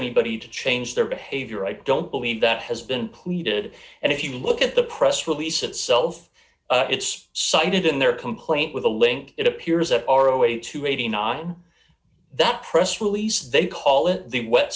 anybody to change their behavior i don't believe that has been pleaded and if you look at the press release itself it's cited in their complaint with a link it appears that are a way to rating on that press release they call it the we